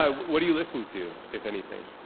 um what do you listen to, if anything?